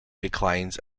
declines